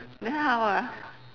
then how ah